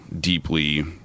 deeply